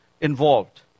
involved